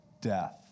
death